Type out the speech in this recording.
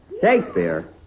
Shakespeare